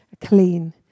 clean